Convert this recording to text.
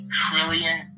trillion